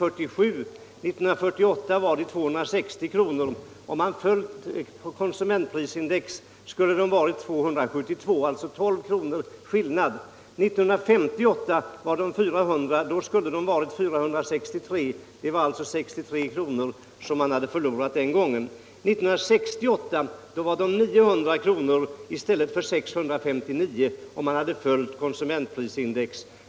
1948 var det 260 kr., och om man hade följt konsumentprisindex skulle det ha varit 272 kr., alltså 12 kr. skillnad. 1958 uppgick barnbidraget till 400 kr., och med indexreglering skulle det ha varit 463, dvs. en eftersläpning med 63 kr. den gången. 1968 var det 900 kr. — i stället för 659, om man hade följt konsumentprisindex.